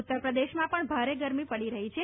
ઉત્તર પ્રદેશમાં પણ ભારે ગરમી પડી રહી છે